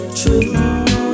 true